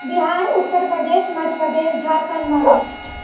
Bihar Uttar Pradesh Madhya Pradesh Jharkhand Maharashtra